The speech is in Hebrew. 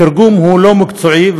התרגום הוא לא מקצועי,